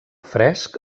fresc